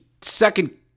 second